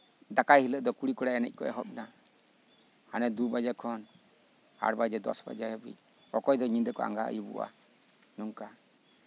ᱫᱟᱠᱟᱭ ᱦᱤᱞᱳᱜ ᱫᱚ ᱠᱩᱲᱤ ᱠᱚᱲᱟ ᱮᱱᱮᱡ ᱠᱚ ᱮᱦᱚᱵᱽ ᱮᱱᱟ ᱦᱟᱱᱮ ᱫᱩ ᱵᱟᱡᱮ ᱠᱷᱚᱱ ᱟᱴ ᱵᱟᱡᱮ ᱫᱚᱥ ᱵᱟᱡᱮ ᱦᱟᱹᱵᱤᱡ ᱚᱠᱚᱭ ᱫᱚ ᱧᱤᱫᱟᱹ ᱠᱚ ᱟᱸᱜᱟ ᱟᱹᱭᱩᱵᱚᱜᱼᱟ ᱱᱚᱝᱠᱟ